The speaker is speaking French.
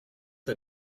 t’a